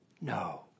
no